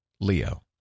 Leo